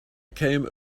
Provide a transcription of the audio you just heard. came